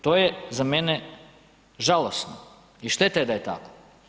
To je za mene žalosno i šteta je da je tako.